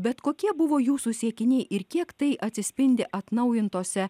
bet kokie buvo jūsų siekiniai ir kiek tai atsispindi atnaujintose